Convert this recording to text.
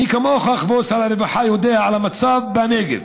מי כמוך, כבוד שר הרווחה, יודע על המצב בנגב.